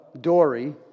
Dory